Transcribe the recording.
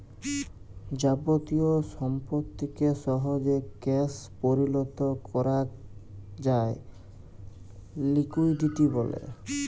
যাবতীয় সম্পত্তিকে সহজে ক্যাশ পরিলত করাক যায় লিকুইডিটি ব্যলে